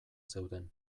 zeuden